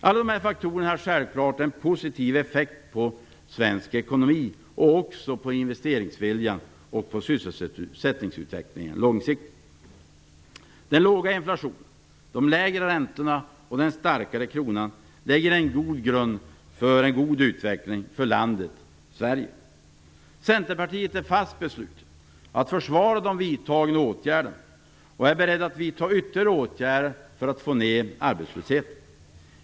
Alla dessa faktorer har självfallet positiv effekt på svensk ekonomi, på investeringsviljan och på sysselsättningsutvecklingen långsiktigt. Den låga inflationen, de lägre räntorna och den starkare kronan lägger en grund för en god utveckling för landet Sverige. Centerpartiet är fast beslutet att försvara de vidtagna åtgärderna och är berett att vidta ytterligare åtgärder för att få ned arbetslösheten.